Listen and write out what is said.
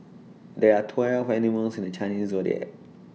there are twelve animals in the Chinese Zodiac